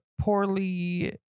poorly